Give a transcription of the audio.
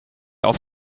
auf